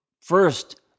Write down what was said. first